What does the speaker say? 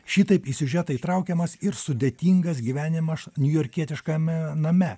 šitaip į siužetą įtraukiamas ir sudėtingas gyvenimaš niujorkietiškame name